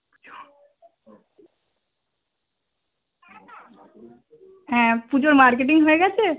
হ্যাঁ পুজোর মার্কেটিং হয়ে গেছে